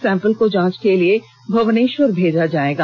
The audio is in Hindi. सैंपल को जांच के लिए भुवनेश्वर भेजा जाएगा